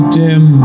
dim